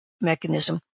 mechanism